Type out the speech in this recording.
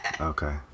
Okay